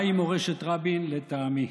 מהי מורשת רבין, לטעמי?